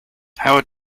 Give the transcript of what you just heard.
howard